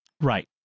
Right